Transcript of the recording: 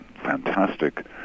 fantastic